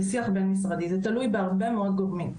זה תלוי בהרבה מאוד גורמים,